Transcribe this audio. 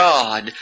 God